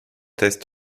test